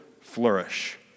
flourish